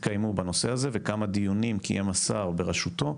התקיימו בנושא הזה וכמה דיונים קיים השר ברשותו,